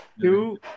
Two